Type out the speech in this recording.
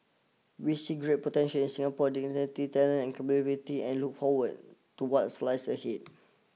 we see great potential in Singapore's talent and and look forward to what slice ahead